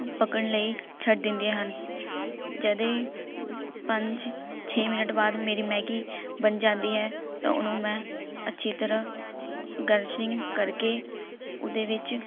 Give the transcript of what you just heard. ਪੱਕਣ ਲਈ ਛੱਡ ਦਿੰਦੇ ਹਨ ਜਦ ਇਹ ਪੰਜ ਛੇ ਮਿੰਨਟ ਬਾਅਦ ਮੇਰੀ ਮੈਗੀ ਬਣ ਜਾਂਦੀ ਹੈ ਤਾਂ ਉਹਨੂੰ ਮੈਂ ਅੱਛੀ ਤਰ੍ਹਾਂ ਗਾਰਸ਼ਿੰਗ ਕਰ ਕੇ ਉਹਦੇ ਵਿੱਚ